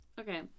Okay